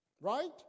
Right